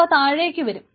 അവ താഴേക്കും വരും